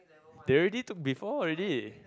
they already took before already